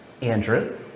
Andrew